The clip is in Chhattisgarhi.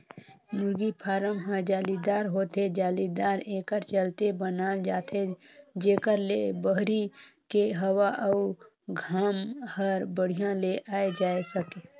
मुरगी फारम ह जालीदार होथे, जालीदार एकर चलते बनाल जाथे जेकर ले बहरी के हवा अउ घाम हर बड़िहा ले आये जाए सके